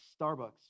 Starbucks